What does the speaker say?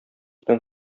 белән